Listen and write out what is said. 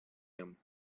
him